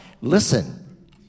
listen